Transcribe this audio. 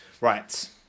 Right